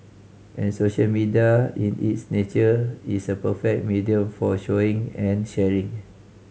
and social media in its nature is a perfect medium for showing and sharing